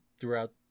throughout